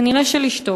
כנראה לשתוק.